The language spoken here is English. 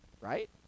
right